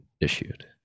issued